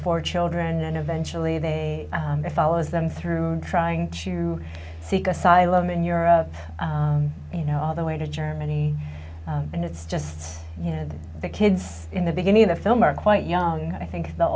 four children and eventually they follow as them through trying to seek asylum in europe you know all the way to germany and it's just you know the kids in the beginning of the film are quite young i think the